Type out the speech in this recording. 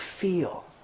feel